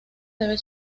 debe